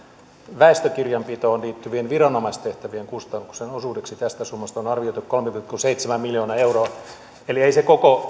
väestökirjanpitoon liittyvien viranomaistehtävien kustannuksien osuudeksi tästä summasta on on arvioitu kolme pilkku seitsemän miljoonaa euroa eli ei se koko